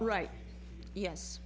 right yes